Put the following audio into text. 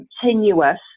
continuous